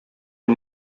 est